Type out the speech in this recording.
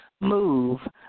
move